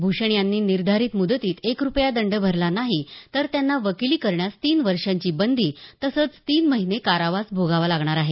भूषण यांनी निर्धारित मुदतीत एक रुपया दंड भरला नाही तर त्यांना वकिली करण्यास तीन वर्षांची बंदी तसंच तीन महिने कारावास भोगावा लागणार आहे